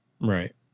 Right